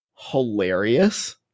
hilarious